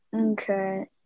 Okay